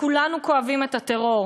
כולנו כואבים את הטרור,